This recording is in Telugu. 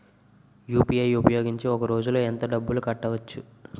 యు.పి.ఐ ఉపయోగించి ఒక రోజులో ఎంత డబ్బులు కట్టవచ్చు?